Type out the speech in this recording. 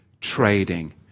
trading